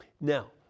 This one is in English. Now